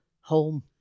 home